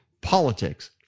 Politics